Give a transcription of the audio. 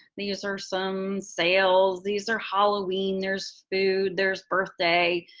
these are some sales. these are halloween. there's food. there's birthday.